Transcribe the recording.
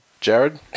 Jared